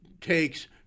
takes